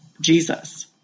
Jesus